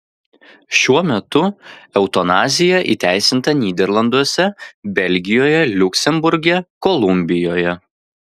šiuo metu eutanazija įteisinta nyderlanduose belgijoje liuksemburge kolumbijoje